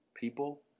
people